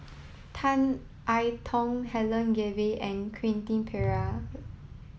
Tan I Tong Helen Gilbey and Quentin Pereira